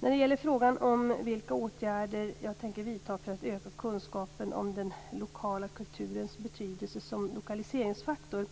När det gäller frågan om vilka åtgärder jag tänker vidta för att öka kunskapen om den lokala kulturens betydelse som lokaliseringsfaktor